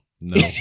No